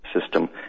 system